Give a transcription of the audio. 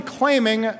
claiming